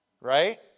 Right